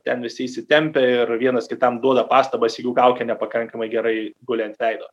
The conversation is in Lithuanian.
ten visi įsitempę ir vienas kitam duoda pastabas jeigu kaukė nepakankamai gerai guli ant veido